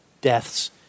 deaths